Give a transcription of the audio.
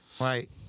right